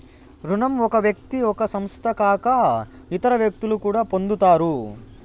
రుణం ఒక వ్యక్తి ఒక సంస్థ కాక ఇతర వ్యక్తులు కూడా పొందుతారు